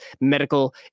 medical